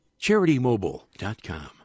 CharityMobile.com